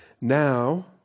now